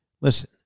Listen